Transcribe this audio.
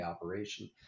operation